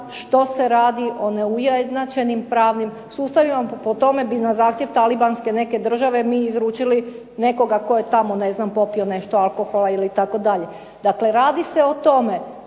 što se radi o neujednačenim pravnim sustavima, pa po tome bi na zahtjev talibanske neke države mi izručili nekoga tko je tamo ne znam popio nešto alkohola ili itd. Dakle radi se o tome